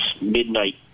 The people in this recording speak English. midnight